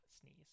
sneeze